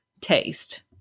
taste